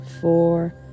four